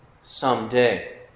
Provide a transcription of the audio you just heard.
someday